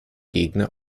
gegner